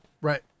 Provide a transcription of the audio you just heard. Right